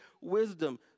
wisdom